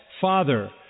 Father